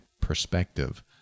perspective